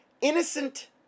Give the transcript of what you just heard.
innocent